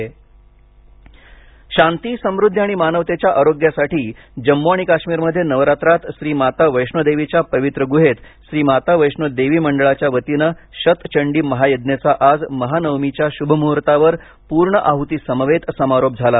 वैष्णोदेवी शांती समृद्वी आणि मानवतेच्या आरोग्यासाठी जम्मू आणि काश्मीरमध्ये नवरात्रात श्री माता वैष्णो देवीच्या पवित्र गुहेत श्री माता वैष्णो देवी मंडळाच्या वतीने शत चंडी महायज्ञेचा आज महानवमीच्या शुभ मुहर्तावर पूर्ण आहतीसमवेत समारोप झाला